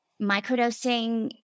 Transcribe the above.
microdosing